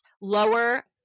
Lower